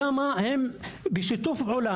כמה הם בשיתוף פעולה.